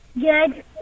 Good